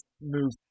Move